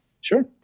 sure